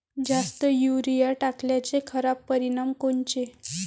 जास्त युरीया टाकल्याचे खराब परिनाम कोनचे?